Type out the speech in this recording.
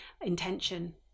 intention